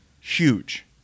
huge